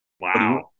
Wow